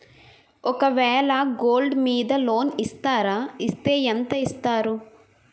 ఒక వేల గోల్డ్ మీద లోన్ ఇస్తారా? ఇస్తే ఎంత ఇస్తారు?